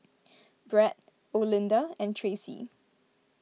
Brett Olinda and Tracee